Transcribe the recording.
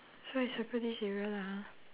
so I circle this area lah ha